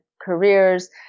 careers